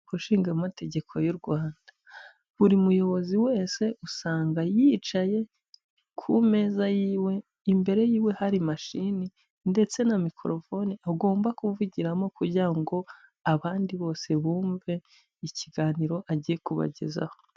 Inteko Nshingamategeko y'u Rwanda, buri muyobozi wese usanga yicaye ku meza yiwe, imbere yiwe hari mashini, ndetse na mikorofone agomba kuvugiramo, kugira ngo abandi bose bumve ikiganiro agiye kubagezaho.